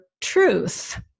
truth